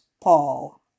Paul